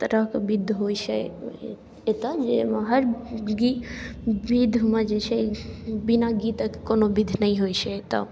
तरहके विध होइ छै एतऽ जाहिमे हर विधमे जे छै बिना गीतके कोनो विध नहि होइ छै तऽ